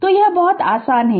तो यह बहुत आसान है